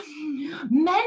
Men